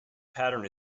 pattern